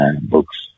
books